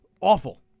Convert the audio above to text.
awful